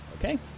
Okay